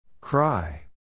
Cry